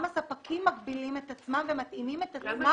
גם הספקים מגבילים את עצמם ומתאימים את עצמם.